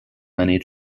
many